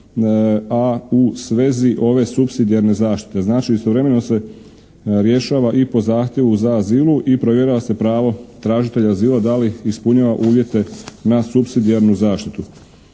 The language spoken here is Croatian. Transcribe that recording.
a u svezi ove supsidijarne zaštite. Znači, istovremeno se rješava i po zahtjevu za azil i provjerava se pravo tražitelja azila da li ispunjava uvjete na supsidijarnu zaštitu.